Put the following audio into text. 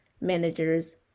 managers